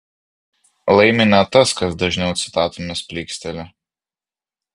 laimi ne tas kas dažniau citatomis plyksteli